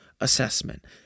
assessment